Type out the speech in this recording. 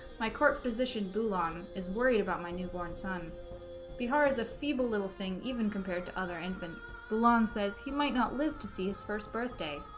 my court physician boolong is worried about my newborn son bihar is a feeble little thing even compared to other infants the long says he might not live to see his first birthday